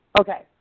okay